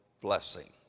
blessing